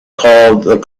called